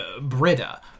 Britta